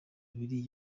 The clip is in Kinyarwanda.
abiri